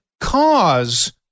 cause